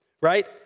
right